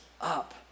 up